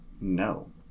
No